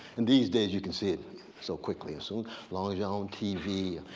and these days you can see it so quickly. so long as you're on tv,